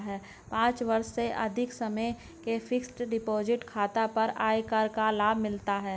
पाँच वर्ष से अधिक समय के फ़िक्स्ड डिपॉज़िट खाता पर आयकर का लाभ मिलता है